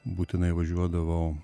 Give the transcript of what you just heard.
būtinai važiuodavau